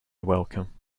welcome